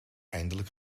eindelijk